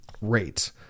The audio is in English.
rate